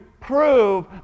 prove